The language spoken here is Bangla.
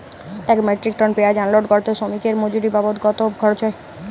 এক মেট্রিক টন পেঁয়াজ আনলোড করতে শ্রমিকের মজুরি বাবদ কত খরচ হয়?